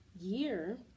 year